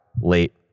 late